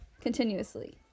continuously